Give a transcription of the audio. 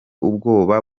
ubwoba